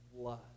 blood